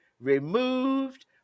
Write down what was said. removed